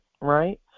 right